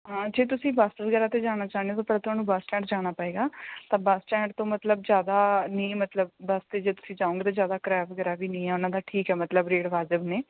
ਹਾਂ ਜੇ ਤੁਸੀਂ ਬੱਸ ਵਗੈਰਾ 'ਤੇ ਜਾਣਾ ਚਾਹੁੰਦੇ ਹੋ ਪਰ ਤੁਹਾਨੂੰ ਬਸ ਸਟੈਂਡ ਜਾਣਾ ਪਵੇਗਾ ਤਾਂ ਬੱਸ ਸਟੈਂਡ ਤੋਂ ਮਤਲਬ ਜ਼ਿਆਦਾ ਨਹੀਂ ਮਤਲਬ ਬਸ 'ਤੇ ਜੇ ਤੁਸੀਂ ਜਾਓਗੇ ਤਾਂ ਜ਼ਿਆਦਾ ਕਿਰਾਇਆ ਵਗੈਰਾ ਵੀ ਨਹੀਂ ਆ ਉਹਨਾਂ ਦਾ ਠੀਕ ਹੈ ਮਤਲਬ ਰੇਟ ਵਾਜਿਬ ਨੇ